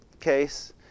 case